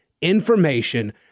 information